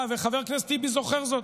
חבר הכנסת טיבי זוכר זאת,